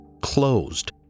closed